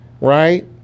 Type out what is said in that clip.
right